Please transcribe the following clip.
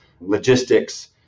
logistics